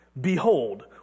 behold